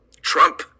Trump